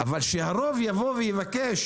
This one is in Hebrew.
אבל שהרוב יבוא ויבקש